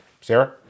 Sarah